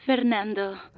Fernando